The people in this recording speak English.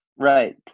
Right